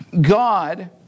God